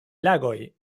lagoj